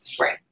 right